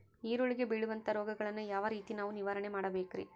ಈರುಳ್ಳಿಗೆ ಬೇಳುವಂತಹ ರೋಗಗಳನ್ನು ಯಾವ ರೇತಿ ನಾವು ನಿವಾರಣೆ ಮಾಡಬೇಕ್ರಿ?